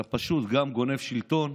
אתה פשוט גונב שלטון,